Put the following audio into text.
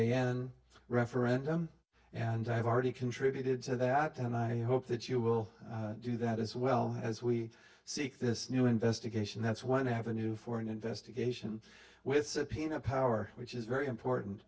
n n referendum and i have already contributed to that and i hope that you will do that as well as we seek this new investigation that's one avenue for an investigation with subpoena power which is very important